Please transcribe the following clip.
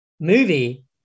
movie